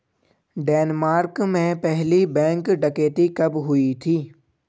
Denmark में पहली bank डकैती कब हुई थी?